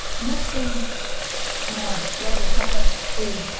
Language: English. next thing on our lovely checklist is,